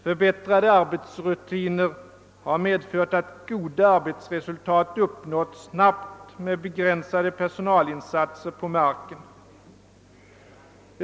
Förbättrade arbetsrutiner har medfört att goda arbetsresultat uppnåtts snabbt med begränsade personalinsatser på marken.